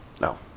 No